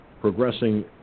progressing